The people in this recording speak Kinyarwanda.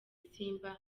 simba